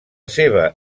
seva